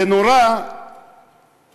זה נורא מעליב